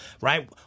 Right